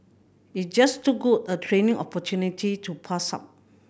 it's just too good a training opportunity to pass up